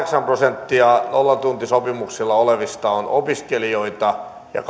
prosenttia nollatuntisopimuksilla olevista on opiskelijoita ja